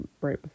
right